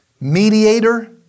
mediator